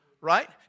right